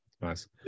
nice